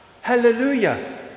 Hallelujah